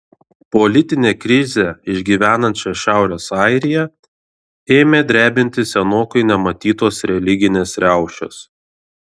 politinę krizę išgyvenančią šiaurės airiją ėmė drebinti senokai nematytos religinės riaušės